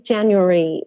January